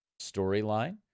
storyline